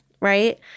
right